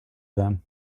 them